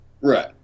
Right